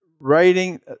writing